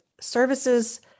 services